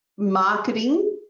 marketing